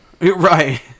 right